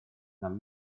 нам